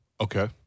Okay